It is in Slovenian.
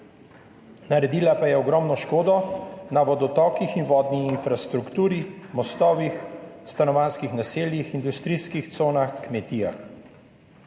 Naredila pa je ogromno škodo na vodotokih in vodni infrastrukturi, mostovih, stanovanjskih naseljih, industrijskih conah, kmetijah.